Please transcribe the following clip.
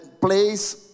place